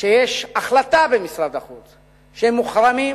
שיש החלטה במשרד החוץ שהם מוחרמים,